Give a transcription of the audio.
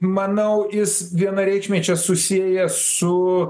manau jis vienareikšmiai čia susiję su